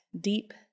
deep